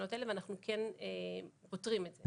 הניסיונות האלה ואנחנו כן פותרים את זה.